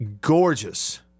gorgeous